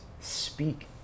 speak